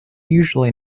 usually